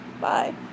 bye